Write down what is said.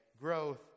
growth